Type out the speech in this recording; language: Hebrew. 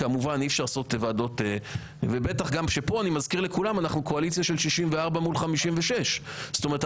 פה אני מזכיר לכולם שאנחנו קואליציה של 64 מול 56. זאת אומרת,